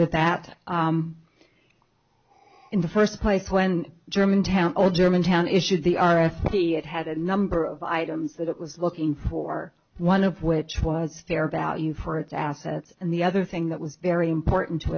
with that in the first place when german town or german town issued the i think it had a number of items that it was looking for one of which was fair value for its assets and the other thing that was very important